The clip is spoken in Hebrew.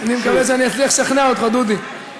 אני מקווה שאני אצליח לשכנע אותך, דודי.